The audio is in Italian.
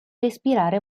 respirare